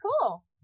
cool